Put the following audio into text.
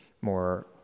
more